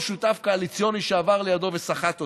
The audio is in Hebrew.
שותף קואליציוני שעבר לידו וסחט אותו.